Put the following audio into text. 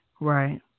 right